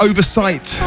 Oversight